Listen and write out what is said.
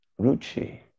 Ruchi